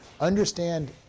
Understand